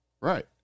right